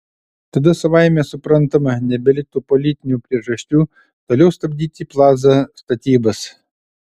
tada savaime suprantama nebeliktų politinių priežasčių toliau stabdyti plaza statybas